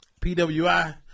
PWI